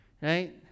Right